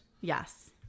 Yes